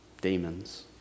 demons